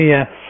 Yes